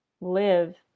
live